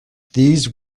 these